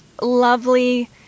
lovely